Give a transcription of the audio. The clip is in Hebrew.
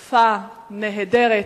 יפה, נהדרת.